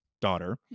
daughter